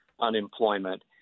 unemployment